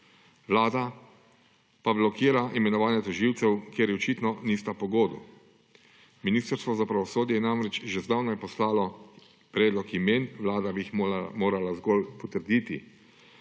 Vlada pa blokira imenovanje tožilcev, ker ji očitno nista pogodu. Ministrstvo za pravosodje je namreč že zdavnaj poslalo predlog imen, Vlada bi jih morala zgolj potrditi.